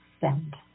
send